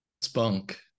spunk